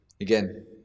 Again